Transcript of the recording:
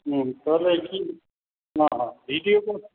তাহলে কি না ভিডিওকন